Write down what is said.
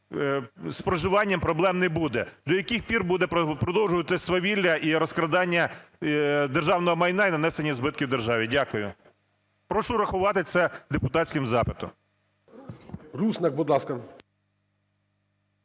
з проживанням проблем не буде. До яких пір буде продовжуватись свавілля і розкрадання державного майна і нанесення збитків державі? Дякую. Прошу рахувати це депутатським запитом.